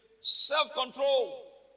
self-control